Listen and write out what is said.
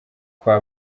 kwa